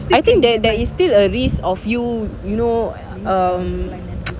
I think that there is still a risk of you you know um